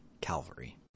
Calvary